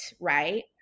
right